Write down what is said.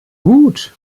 gut